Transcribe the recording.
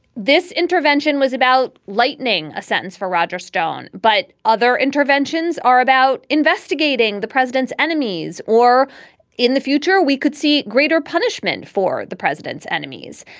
this intervention was about lightening a sentence for roger stone, but other interventions are about investigating the president's enemies or in the future, we could see greater punishment for the president's enemies.